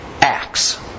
Acts